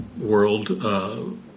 world